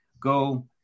Go